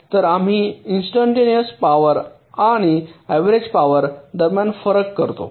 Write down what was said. तर आम्ही instantaneous power आणि ऍव्हरेज पॉवर दरम्यान फरक करतो